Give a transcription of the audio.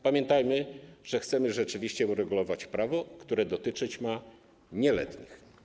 Pamiętajmy, że chcemy rzeczywiście uregulować prawo, które dotyczyć ma nieletnich.